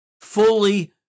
fully